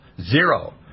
Zero